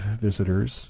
visitors